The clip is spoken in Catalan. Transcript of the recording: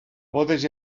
bodes